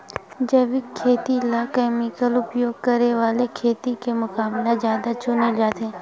जैविक खेती ला केमिकल उपयोग करे वाले खेती के मुकाबला ज्यादा चुने जाते